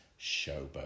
Showboat